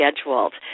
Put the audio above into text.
scheduled